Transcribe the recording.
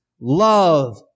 love